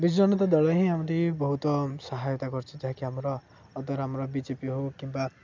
ବିଜୁଜନତା ଦଳ ହିଁ ଆମରି ବହୁତ ସହାୟତା କରିଛି ଯାହାକି ଆମର ଦ୍ୱାରା ଆମର ବି ଜେ ପି ହଉ କିମ୍ବା